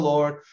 Lord